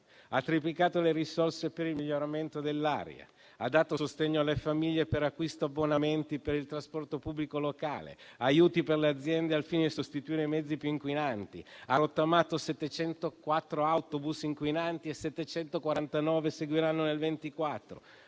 Ha triplicato le risorse per il miglioramento dell'aria, ha dato sostegno alle famiglie per l'acquisto di abbonamenti per il trasporto pubblico locale, ha stanziato aiuti per le aziende al fine di sostituire i mezzi più inquinanti, ha rottamato 704 autobus inquinanti e 749 seguiranno nel 2024,